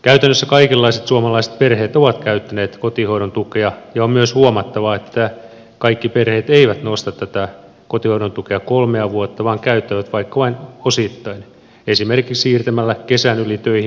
käytännössä kaikenlaiset suomalaiset perheet ovat käyttäneet kotihoidon tukea ja on myös huomattava että kaikki perheet eivät nosta tätä kotihoidon tukea kolmea vuotta vaan käyttävät vaikka vain osittain esimerkiksi siirtämällä kesän yli töihinpaluuta tai vastaavaa